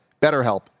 BetterHelp